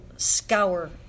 Scour